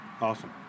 Awesome